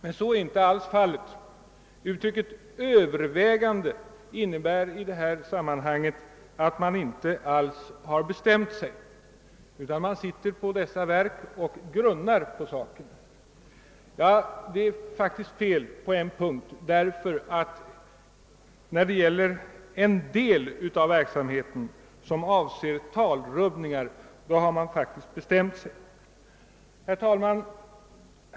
Men så är inte alls fallet; »överväganden» innebär i detta sammanhang att man inte alls har bestämt sig utan att man inom de ifrågavarande verken sitter och grunnar på saken. — Ja, det är faktiskt fel på en punkt, ty när det gäller en del av verksamheten — den avser talrubbningar — har man faktiskt bestämt sig. Herr talman!